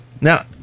Now